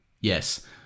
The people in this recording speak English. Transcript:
Yes